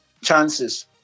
chances